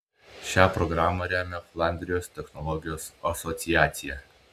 šią programą remia flandrijos technologijos asociacija